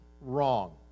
wrong